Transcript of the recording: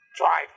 try